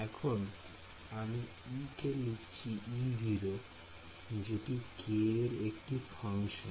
এখন আমি E কে লিখছি E0 জেটি k এর একটি ফাংশন